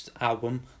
album